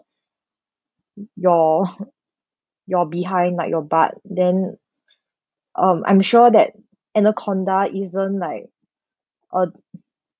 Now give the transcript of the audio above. your your behind like your butt then um I'm sure that anaconda isn't like a